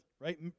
right